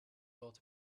thought